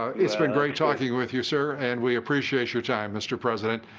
it's been great talking with you, sir, and we appreciate your time, mr. president.